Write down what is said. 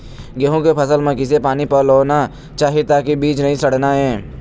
गेहूं के फसल म किसे पानी पलोना चाही ताकि बीज नई सड़ना ये?